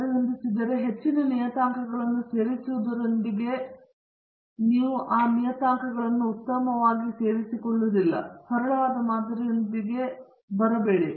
R ವರ್ಗವನ್ನು ಸರಿಹೊಂದಿಸಿದರೆ ಹೆಚ್ಚಿನ ನಿಯತಾಂಕಗಳನ್ನು ಸೇರಿಸುವುದರೊಂದಿಗೆ ಕಡಿಮೆಯಾಗುತ್ತಿದ್ದರೆ ನೀವು ಆ ನಿಯತಾಂಕಗಳನ್ನು ಉತ್ತಮವಾಗಿ ಸೇರಿಸಿಕೊಳ್ಳುವುದಿಲ್ಲ ಮತ್ತು ಸರಳವಾದ ಮಾದರಿಯೊಂದಿಗೆ ಬಿಡಬೇಡಿ